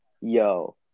yo